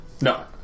No